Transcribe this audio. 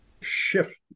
shift